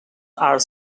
are